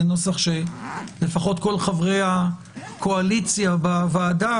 נוסח שלפחות כל חברי הקואליציה בוועדה,